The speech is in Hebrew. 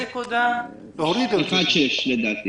1.6%, לדעתי.